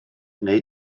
neu